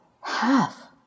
half